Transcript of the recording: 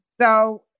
So-